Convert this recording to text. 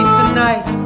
tonight